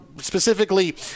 specifically